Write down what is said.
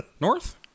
north